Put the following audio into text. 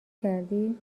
کردی